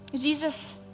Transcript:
jesus